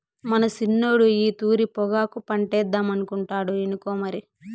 మన సిన్నోడు ఈ తూరి పొగాకు పంటేద్దామనుకుంటాండు ఇనుకో మరి